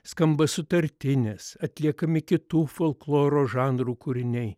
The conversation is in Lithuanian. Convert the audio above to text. skamba sutartinės atliekami kitų folkloro žanrų kūriniai